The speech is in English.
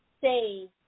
say